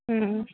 हं